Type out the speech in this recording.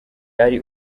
ari